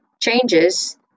changes